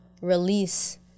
release